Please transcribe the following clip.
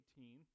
18